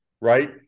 right